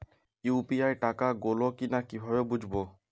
UPI টাকা গোল কিনা কিভাবে বুঝব?